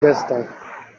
gestach